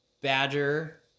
Badger